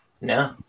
No